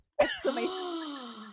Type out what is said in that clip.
exclamation